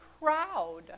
crowd